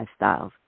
lifestyles